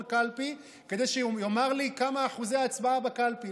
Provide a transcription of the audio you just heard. קלפי כדי שהוא יאמר מה אחוזי ההצבעה בקלפי,